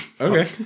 Okay